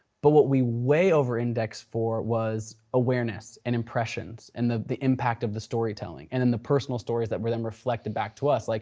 but what we way over-indexed for was awareness and impressions and the the impact of the storytelling. and and the personal stories that were then reflected back to us. like